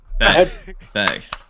Thanks